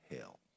hell